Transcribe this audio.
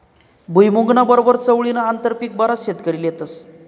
भुईमुंगना बरोबर चवळीनं आंतरपीक बराच शेतकरी लेतस